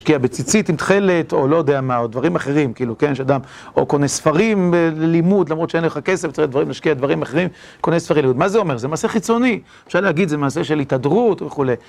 השקיע בציצית עם תכלת, או לא יודע מה, או דברים אחרים, כאילו, כן? יש אדם, או קונה ספרים ללימוד, למרות שאין לך כסף, צריך להשקיע דברים אחרים, קונה ספרים ללימוד. מה זה אומר? זה מעשה חיצוני. אפשר להגיד זה מעשה של התהדרות וכולי.